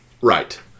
Right